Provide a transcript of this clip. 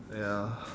ya